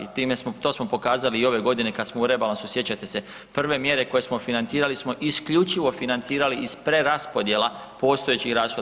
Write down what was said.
Time smo, to smo pokazali i ove godine kad smo u rebalansu, sjećate se, prve mjere koje smo financirali smo isključivo financirali iz preraspodjela postojećih rashoda.